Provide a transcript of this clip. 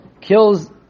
kills